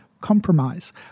compromise